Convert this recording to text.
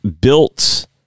built